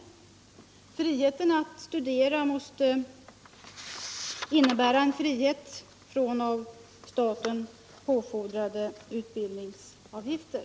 Rättigheten att studera måste innebära en frihet från av staten påfordrade utbildningsavgifter.